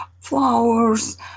flowers